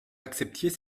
acceptiez